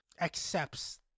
accepts